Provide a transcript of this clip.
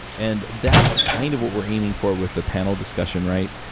and that's kind of what we're aiming for with the panel discussion, right?